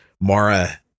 Mara